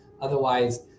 Otherwise